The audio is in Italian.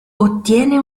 ottiene